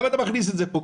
למה אתה מכניס את זה פה?